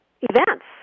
events